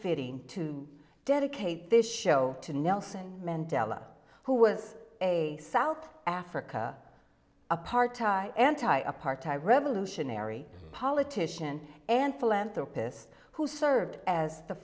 fitting to dedicate this show to nelson mandela who was a south africa apartheid anti apartheid revolutionary politician and philanthropist who served as the